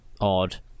Odd